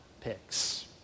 picks